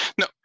no